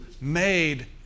made